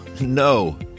No